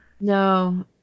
No